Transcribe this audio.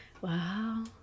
wow